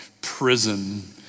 prison